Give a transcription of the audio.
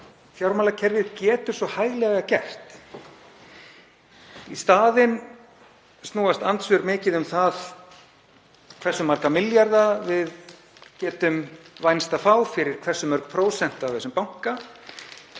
fjármálakerfið getur svo hæglega gert. Á móti snúast andsvör mikið um það hversu marga milljarða við getum vænst að fá fyrir hversu mörg prósent af þessum banka.